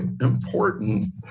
important